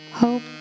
Hope